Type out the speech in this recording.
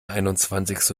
einundzwanzigste